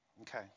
Okay